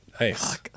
Nice